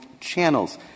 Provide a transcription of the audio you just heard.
channels